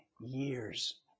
years